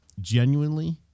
genuinely